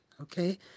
okay